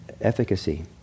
efficacy